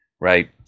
Right